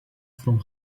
from